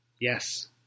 Yes